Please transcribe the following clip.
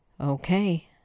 Okay